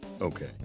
Okay